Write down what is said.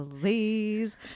please